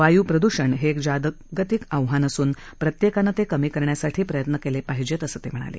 वायू प्रद्षण हे एक जागतिक आव्हान असून प्रत्येकानं ते कमी करण्यासाठी प्रयत्न केले पाहिजेत असं ते म्हणाले